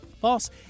false